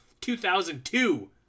2002